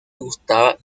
gustaba